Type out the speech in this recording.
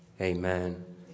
Amen